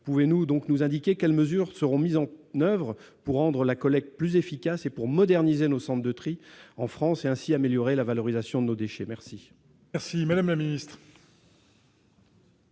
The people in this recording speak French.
pouvez nous donc nous indiquer quelles mesures seront mises en oeuvre pour rendre la collecte plus efficace et pour moderniser nos centres de tri en France et ainsi améliorer la valorisation de nos déchets, merci. Merci, Madame la Ministre.